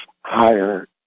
higher